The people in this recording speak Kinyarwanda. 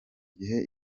gihe